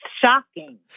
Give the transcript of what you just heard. Shocking